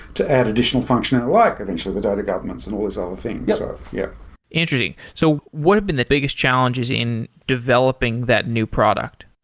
to add additional function and like eventually the data governments and all these other things. yeah interesting. so what have been the biggest challenges in developing that new product?